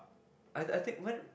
I I think when